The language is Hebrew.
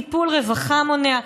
טיפול רווחה מונע,